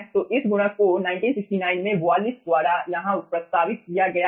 तो इस गुणक को 1969 में वालिस द्वारा यहाँ प्रस्तावित किया गया है